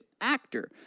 actor